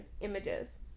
images